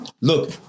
Look